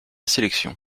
sélection